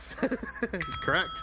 Correct